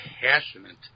passionate